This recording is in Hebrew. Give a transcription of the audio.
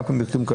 מתישהו את לא